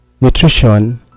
nutrition